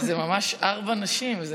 זה ממש ארבע נשים.